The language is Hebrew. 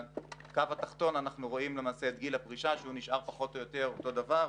ובקו התחתון אנחנו רואים את גיל הפרישה שנשאר פחות או יותר אותו דבר.